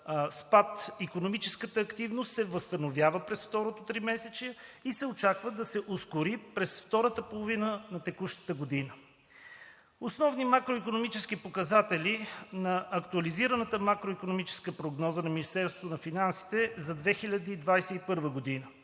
спад икономическата активност се възстановява през второто тримесечие и се очаква да се ускори през втората половина на текущата година. Основни макроикономически показатели на актуализираната макроикономическа прогноза на Министерството на финансите за 2021 г.: